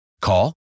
Call